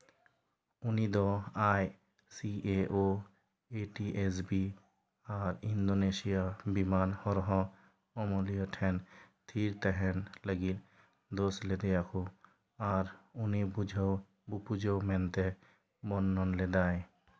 ᱩᱱᱤ ᱫᱚ I C A O A T S B ᱟᱨ ᱤᱱᱫᱳᱱᱮᱥᱤᱭᱟ ᱵᱤᱢᱟᱱ ᱦᱚᱨᱦᱚ ᱟᱹᱢᱟᱹᱞᱤᱭᱟᱹ ᱴᱷᱮᱱ ᱛᱷᱤᱨ ᱛᱮᱦᱮᱱ ᱞᱟᱹᱜᱤᱫ ᱫᱳᱥ ᱞᱮᱫᱮᱭᱟᱠᱚ ᱟᱨ ᱩᱱᱤ ᱵᱩᱡᱷᱟᱹᱣ ᱵᱩᱯᱩᱡᱷᱟᱹᱣ ᱢᱮᱱᱛᱮ ᱵᱚᱨᱱᱚᱱ ᱞᱮᱫᱟᱭ